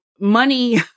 money